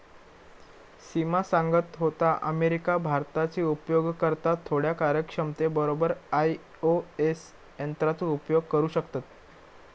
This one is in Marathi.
सिमा सांगत होता, अमेरिका, भारताचे उपयोगकर्ता थोड्या कार्यक्षमते बरोबर आई.ओ.एस यंत्राचो उपयोग करू शकतत